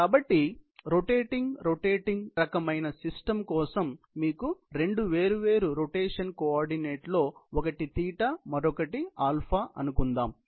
కాబట్టి స్పష్టంగా rotating rotating రకమైన సిస్టం కోసం మీకు రెండు వేర్వేరు రొటేషన్ కోఆర్డినేట్లో ఒకటి మరొకటి అనుకుందాం